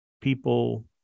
people